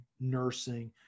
nursing